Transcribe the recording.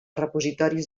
repositoris